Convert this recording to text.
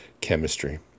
chemistry